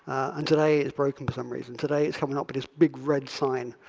and today it's broken for some reason. today it's coming up with this big red sign,